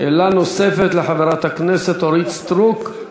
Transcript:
שאלה נוספת לחברת הכנסת אורית סטרוק.